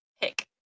pick